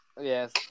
Yes